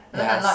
ya